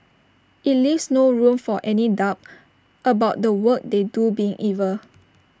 IT leaves no room for any doubt about the work they do being evil